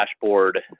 dashboard